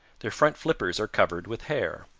their front flippers are covered with hair.